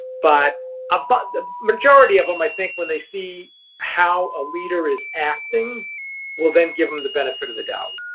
but ah but the majority of them, i think, when they see how a leader is acting will then give them the benefit of the doubt.